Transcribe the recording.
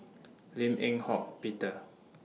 Lim Eng Hock Peter